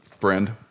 friend